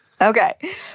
Okay